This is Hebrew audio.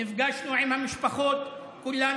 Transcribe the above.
נפגשנו עם המשפחות כולן